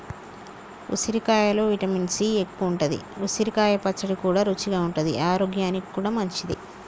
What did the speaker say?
ఉసిరికాయలో vitamin C ఎక్కువుంటది, ఉసిరికాయ పచ్చడి కూడా రుచిగా ఉంటది ఆరోగ్యానికి కూడా మంచిది